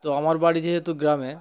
তো আমার বাড়ি যেহেতু গ্রামে